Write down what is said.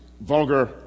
vulgar